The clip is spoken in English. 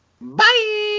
Bye